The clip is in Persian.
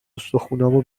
استخونامو